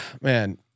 man